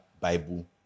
Bible